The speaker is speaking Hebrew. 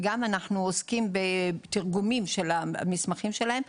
ואנחנו גם עוסקים בתרגומים של המסמכים שלהם,